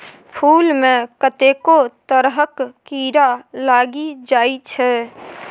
फुल मे कतेको तरहक कीरा लागि जाइ छै